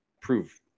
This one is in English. prove